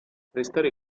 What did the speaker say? restare